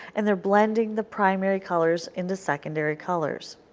and they are blending the primary colors into secondary colors.